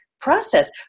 process